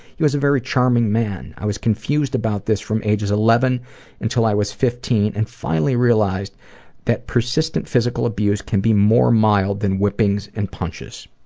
he was a very charming man. i was confused about this from ages eleven until i was fifteen and finally realized that persistent physical abuse can be more mild than whippings and punches.